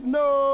no